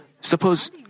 Suppose